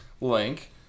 Link